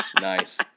Nice